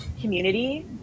community